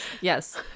yes